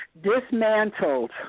Dismantled